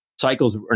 Cycles